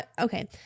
okay